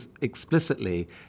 explicitly